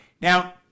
Now